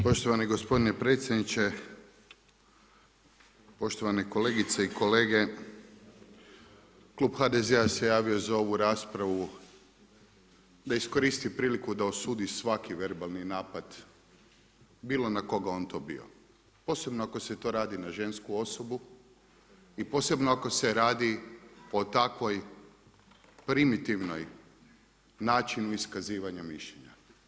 Poštovani gospodine predsjedniče, poštovane kolegice i kolege klub HDZ-a se javio za ovu raspravu da iskoristi priliku da osudi svaki verbalni napad bilo na koga on to bio posebno ako se to radi na žensku osobu i posebno ako se radi o takvoj primitivnom načinu iskazivanja mišljenja.